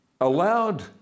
allowed